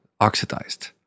oxidized